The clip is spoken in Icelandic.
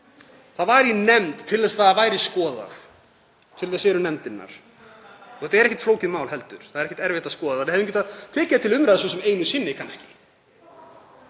Það var í nefnd til þess að það væri skoðað. Til þess eru nefndirnar og þetta er ekkert flókið mál heldur. Það er ekki erfitt að skoða það, við hefðum getað tekið það til umræðu svo sem einu sinni kannski,